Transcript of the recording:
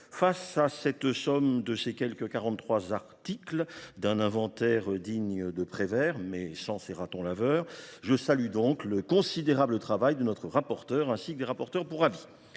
Face à cette somme de quelque quarante trois articles, un inventaire digne de Prévert, mais sans ratons laveurs, je salue le considérable travail de notre rapporteur, ainsi que des rapporteurs pour avis.